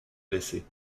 blessés